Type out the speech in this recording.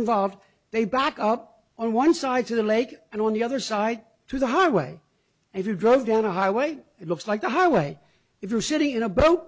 involved they back up on one side to the lake and on the other side to the highway if you drove down a highway it looks like a highway if you're sitting in a boat